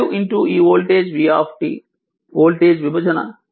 5 ఈ voltage v voltage విభజన